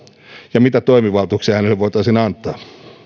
ja mitä toimivaltuuksia hänelle voitaisiin antaa